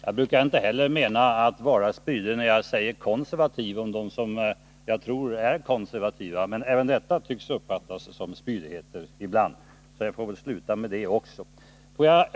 Jag brukar inte heller mena att vara spydig när jag använder ordet konservativ om dem som jag tror är konservativa, men även detta tycks ibland uppfattas som spydigheter, så jag får väl sluta med det också.